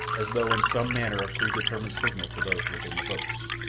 as though in some manner of predetermined signal to those within the boats.